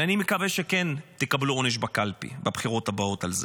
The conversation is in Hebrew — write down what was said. אני מקווה שכן תקבלו עונש בקלפי, בבחירות הקרובות.